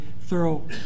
thorough